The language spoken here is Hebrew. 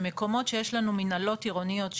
במקומות שיש מנהלות עירוניות,